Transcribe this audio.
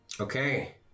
okay